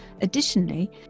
Additionally